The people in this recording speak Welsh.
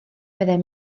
meddai